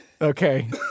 Okay